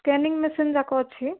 scanning machine ଯାକ ଅଛି